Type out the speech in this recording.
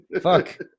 Fuck